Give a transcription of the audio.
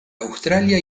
australia